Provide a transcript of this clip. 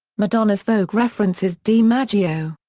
madonna's vogue references dimaggio.